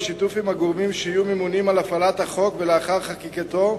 בשיתוף עם הגורמים שיהיו ממונים על הפעלת החוק ולאחר חקיקתו,